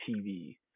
tv